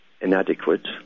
inadequate